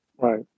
Right